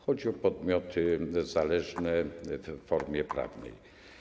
Chodzi o podmioty zależne w formie prawnej.